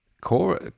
core